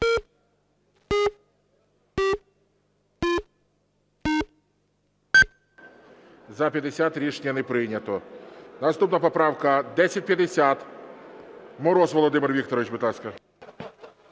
За-50 Рішення не прийнято. Наступна поправка 1050. Мороз Володимир Вікторович, будь